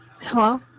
Hello